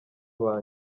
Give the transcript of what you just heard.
aba